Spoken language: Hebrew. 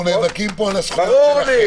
אנחנו נאבקם פה על הזכויות שלכם.